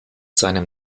seinem